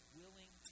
willing